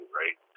right